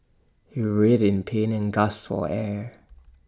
he writhed in pain and gasped for air